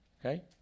okay